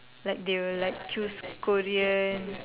like they will like choose Korean